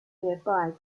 nearby